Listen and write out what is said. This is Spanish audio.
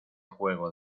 juego